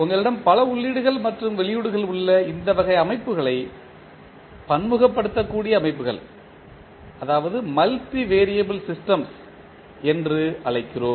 உங்களிடம் பல உள்ளீடுகள் மற்றும் வெளியீடுகள் உள்ள இந்த வகை அமைப்புகளை பன்முகப்படுத்தக்கூடிய அமைப்புகள் என்று அழைக்கிறோம்